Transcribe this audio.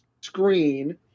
screen